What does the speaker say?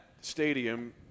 stadium